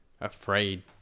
afraid